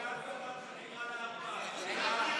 אני אשיב.